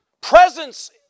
Presence